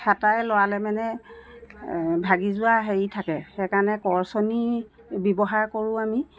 হাতাৰে লৰালে মানে ভাগি যোৱা হেৰি থাকে সেইকাৰণে কৰচনি ব্যৱহাৰ কৰোঁ আমি